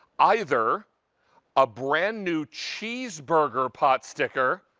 either a brand-new cheeseburger potsticker.